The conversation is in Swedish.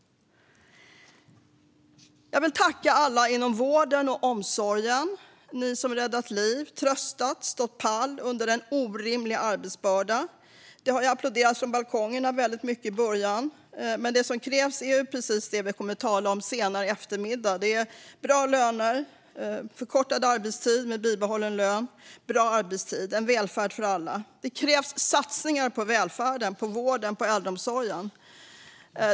Jag vill tacka alla inom vården och omsorgen, ni som räddat liv, tröstat och stått pall under en orimlig arbetsbörda. Det applåderades från balkongerna väldigt mycket i början, men det som krävs är precis det vi kommer att tala om senare i eftermiddag: bra löner, förkortad arbetstid med bibehållen lön och bra arbetstider. En välfärd för alla kräver satsningar på vården och på äldreomsorgen.